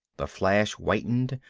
the flash whitened,